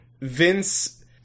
Vince